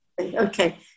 Okay